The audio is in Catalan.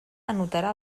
anotarà